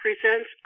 presents